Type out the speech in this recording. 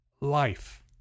life